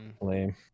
lame